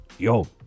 Yo